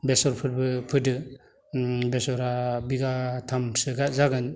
बेसर फोरबो फोदो ओम बेसरा बिगाथामसोआ जागोन